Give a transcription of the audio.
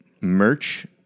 Merch